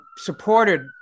supported